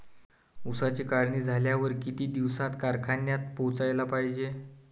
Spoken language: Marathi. ऊसाची काढणी झाल्यावर किती दिवसात कारखान्यात पोहोचला पायजे?